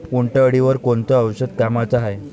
उंटअळीवर कोनचं औषध कामाचं हाये?